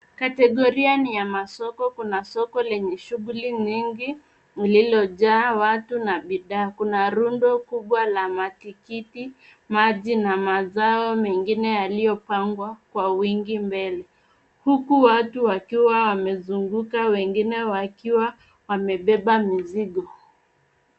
Kategoria ni ya masoko, kuna soko lenye shughuli nyingi lililojaa, watu na bidhaa kuna rundo kubwa la matikiti, maji na mazao, mengine yaliopangwa kwa wingi mbele. Huku watu wakiwa wamezunguka, wengine wakiwa wamebeba mzigo.